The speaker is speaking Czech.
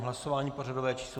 Hlasování pořadové číslo 359.